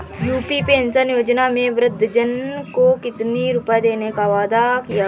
UP pension योजना में वृद्धजन को कितनी रूपये देने का वादा किया गया है?